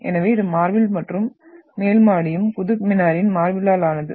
எனவே இது மார்பில் மற்றும் மேல் மாடியும் குதுப் மினாரின் மார்ப்பில்லால் ஆனது